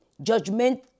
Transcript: judgment